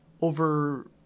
over